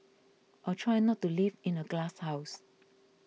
or try not to live in a glasshouse